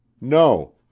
No